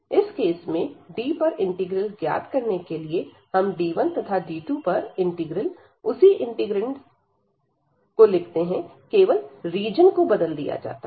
इस केस में D पर इंटीग्रल ज्ञात करने के लिए हम D1 तथा D2 पर इंटीग्रल उसी इंटीग्रैंड लिखते हैं केवल रीजन को बदल दिया गया है